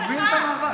הוא הוביל את המאבק.